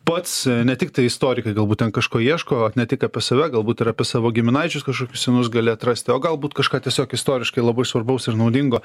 pats ne tiktai istorikai galbūt ten kažko ieško ar ne tik apie save galbūt ir apie savo giminaičius kažkokius senus gali atrasti o galbūt kažką tiesiog istoriškai labai svarbaus ir naudingo